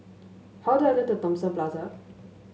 how do I get to Thomson Plaza